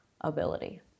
ability